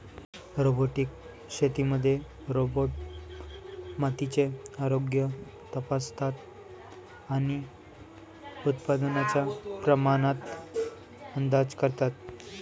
robotic शेतीमध्ये robot मातीचे आरोग्य तपासतात आणि उत्पादनाच्या प्रमाणात अंदाज करतात